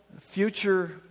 future